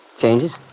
Changes